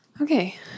Okay